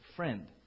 Friend